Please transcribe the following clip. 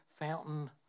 fountain